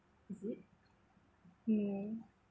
is it mm